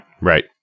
right